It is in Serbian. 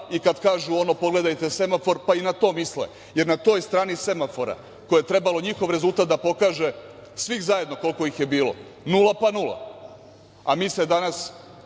i kada kažu ono pogledajte semafor, pa i na to misle, jer na toj strani semafora koje je trebalo njihov rezultat da pokaže, svih zajedno koliko ih je bilo nula, pa nula, a mi se danas